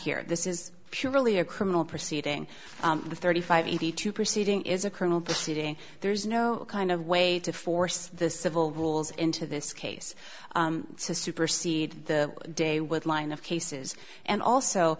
here this is purely a criminal proceeding the thirty five eighty two proceeding is a colonel proceeding there is no kind of way to force the civil rules into this case to supersede the day with line of cases and also